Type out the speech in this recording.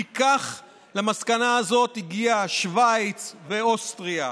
כי למסקנה הזאת הגיעו שווייץ ואוסטריה,